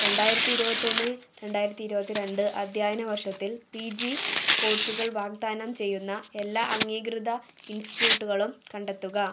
രണ്ടായിരത്തി ഇരുപത്തി ഒന്ന് രണ്ടായിരത്തി ഇരുപത്തി രണ്ട് അധ്യയന വർഷത്തിൽ പി ജി കോഴ്സുകൾ വാഗ്ദാനം ചെയ്യുന്ന എല്ലാ അംഗീകൃത ഇൻസ്റ്റിറ്റ്യൂട്ടുകളും കണ്ടെത്തുക